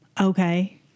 Okay